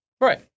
Right